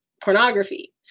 pornography